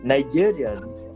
Nigerians